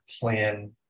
plan